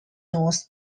nosed